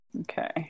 Okay